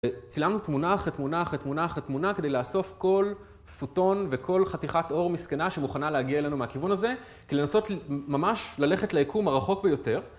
צילמנו תמונה אחרי תמונה אחרי תמונה אחרי תמונה, כדי לאסוף כל פוטון וכל חתיכת אור מסכנה שמוכנה להגיע אלינו מהכיוון הזה, כדי לנסות ממש ללכת ליקום הרחוק ביותר